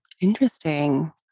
Interesting